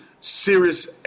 serious